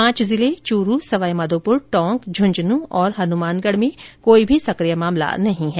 पांच जिले चूरू सवाई माधोपुर टोंक झुंझुन् और हनुमानगढ़ में कोई भी सकिय मामला नहीं है